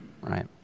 right